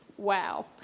Wow